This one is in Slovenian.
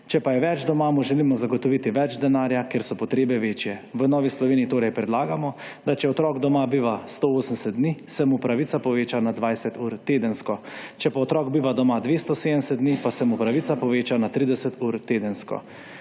Če pa je več doma, mu želimo zagotoviti več denarja, ker so potrebe večje. V Novi Sloveniji torej predlagamo, da če otrok doma biva 180 dni, se mu pravica poveča na 20 ur tedensko, če pa otrok biva doma 270 dni, pa se mu pravica poveča na 30 ur tedensko.